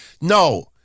no